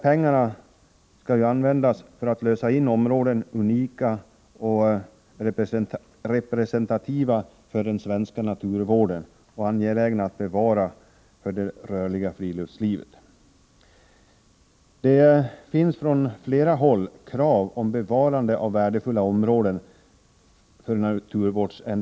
Pengarna skall ju användas för att lösa in områden som är unika och representativa för den svenska naturvården och som det är angeläget att bevara för det rörliga friluftslivet. Från flera håll har det rests krav på bevarande av för naturvårdsändamål värdefulla områden.